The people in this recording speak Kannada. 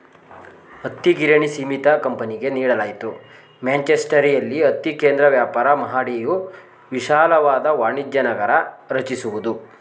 ಹತ್ತಿಗಿರಣಿ ಸೀಮಿತ ಕಂಪನಿಗೆ ನೀಡಲಾಯ್ತು ಮ್ಯಾಂಚೆಸ್ಟರಲ್ಲಿ ಹತ್ತಿ ಕೇಂದ್ರ ವ್ಯಾಪಾರ ಮಹಡಿಯು ವಿಶಾಲವಾದ ವಾಣಿಜ್ಯನಗರ ರಚಿಸಿದವು